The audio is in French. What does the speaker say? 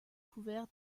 couvert